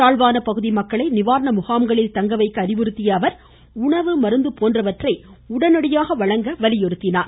தாழ்வான பகுதி மக்களை நிவாரண முகாம்களில் தங்க வைக்க அறிவுறுத்திய அவர் உணவு மருந்து போன்றவற்றை உடனடியாக வழங்க வலியுறுத்தினார்